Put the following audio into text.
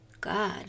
god